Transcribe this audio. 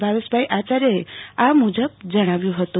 ભાવેશભાઈ આચાર્યએ આ મુજબ જણાવ્યું હતું